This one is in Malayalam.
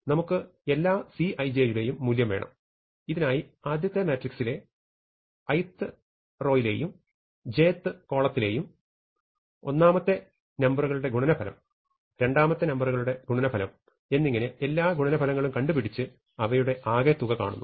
നമുക്ക് എല്ലാ Ci j യുടെയും മൂല്യം വേണം ഇതിനായി ആദ്യത്തെ മാട്രിക്സിലെ ith യിലെയും jth കോളത്തിലേയും ഒന്നാമത്തെ നമ്പറുകളുടെ ഗുണനഫലം രണ്ടാമത്തെ നമ്പറുകളുടെ ഗുണനഫലം എന്നിങ്ങനെ എല്ലാ ഗുണനഫലങ്ങളും കണ്ടുപിടിച്ച് അവയുടെ ആകെത്തുക കാണുന്നു